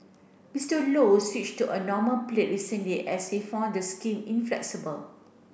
Mister Low switched to a normal plate recently as he found the scheme inflexible